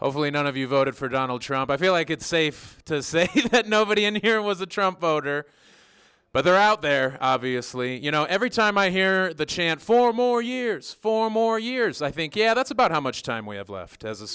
hopefully none of you voted for donald trump i feel like it's safe to say that nobody in here was a trump voter but they're out there obviously you know every time i hear the chant four more years four more years i think yeah that's about how much time we have left as a